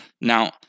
Now